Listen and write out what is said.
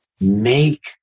make